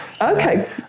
Okay